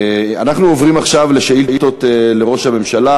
אנחנו עוברים עכשיו לשאילתות לראש הממשלה.